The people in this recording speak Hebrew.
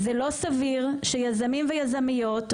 זה לא סביר שיזמים ויזמיות,